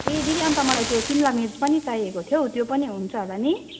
ए दिदी अन्त मलाई त्यो सिमला मिर्च पनि चाहिएको थियो हौ त्यो पनि हुन्छ होला नि